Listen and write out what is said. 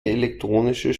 elektronisches